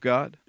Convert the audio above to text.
God